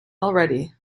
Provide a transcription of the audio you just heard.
already